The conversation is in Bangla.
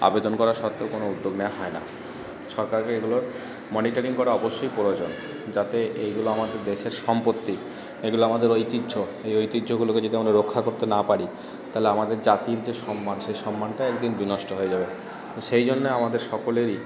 আবেদন করা সত্ত্বেও কোনও উদ্যোগ নেয়া হয় না সরকারের এগুলোর মনিটরিং করা অবশ্যই প্রয়োজন যাতে এইগুলো আমাদের দেশের সম্পত্তি এইগুলো আমাদের ঐতিহ্য এই ঐতিহ্যগুলোকে যদি আমরা রক্ষা করতে না পারি তাহলে আমাদের জাতির যে সম্মান সেই সম্মানটা একদিন বিনষ্ট হয়ে যাবে তো সেই জন্যে আমাদের সকলেরই